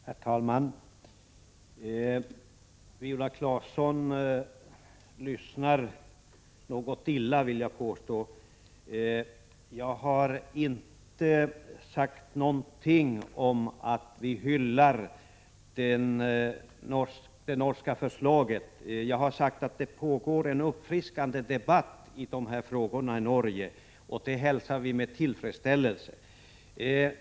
Herr talman! Viola Claesson lyssnar något illa, vill jag påstå. Jag har inte sagt någonting om att vi hyllar det norska förslaget. Jag har sagt att det pågår en uppfriskande debatt i dessa frågor i Norge, och det hälsar vi med tillfredsställelse.